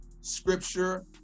scripture